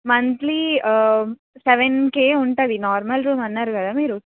monthly seven K ఉంటుంది normal room అన్నారు కదా మీరు